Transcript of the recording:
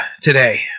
today